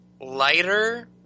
lighter